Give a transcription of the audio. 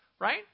Right